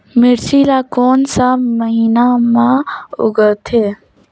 मिरचा ला कोन सा महीन मां उगथे?